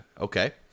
okay